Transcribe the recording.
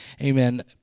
Amen